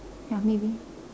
ya maybe